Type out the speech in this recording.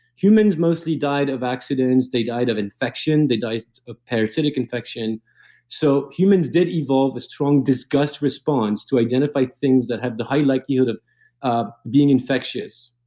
humans mostly died of accidents, they died of infection, they died of parasitic infection so humans did evolve a strong disgust response to identify things that have the high likelihood of of being infectious.